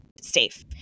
safe